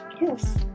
Yes